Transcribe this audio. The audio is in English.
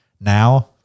Now